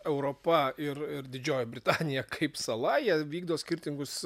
europa ir ir didžioji britanija kaip sala jie vykdo skirtingus